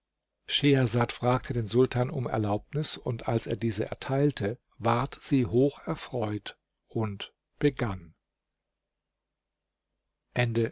schehersad fragte den sultan um erlaubnis und als er diese erteilte ward sie hocherfreut und begann